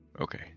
Okay